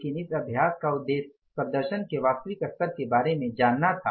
लेकिन इस अभ्यास का उद्देश्य प्रदर्शन के वास्तविक स्तर के बारे में जानना था